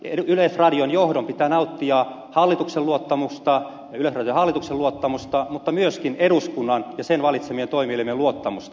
yleisradion johdon pitää nauttia yleisradion hallituksen luottamusta mutta myöskin eduskunnan ja sen valitseman toimielimen luottamusta